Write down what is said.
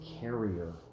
carrier